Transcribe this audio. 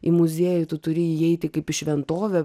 į muziejų tu turi įeiti kaip į šventovę